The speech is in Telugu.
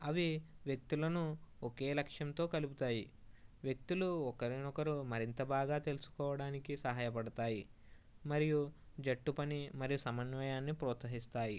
అవి వ్యక్తులను ఒకే లక్ష్యంతో కలుపుతాయి వ్యక్తులు ఒకరినొకరు మరింత బాగా తెలుసుకోవడానికి సహాయపడతాయి మరియు జట్టు పని మరియు సమన్వయాన్ని ప్రోత్సహిస్తాయి